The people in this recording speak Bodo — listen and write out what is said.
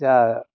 जा